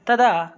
तदा